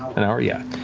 an hour, yeah.